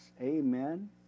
amen